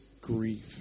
grief